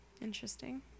Interesting